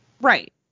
Right